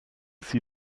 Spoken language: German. sie